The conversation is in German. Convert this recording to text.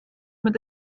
mit